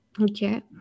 Okay